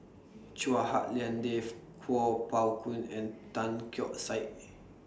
Chua Hak Lien Dave Kuo Pao Kun and Tan Keong Saik